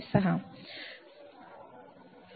136 असेल